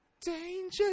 Danger